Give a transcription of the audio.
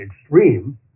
extreme